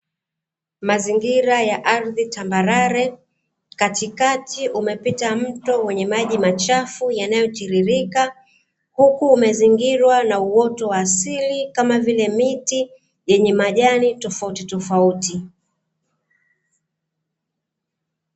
Mazingira ya ardhi tambarare, katikati umepita mto wenye maji machafu yanayotiririka, huku umezingirwa kwa uoto wa asili kama vile miti yenye majani tofautitofauti.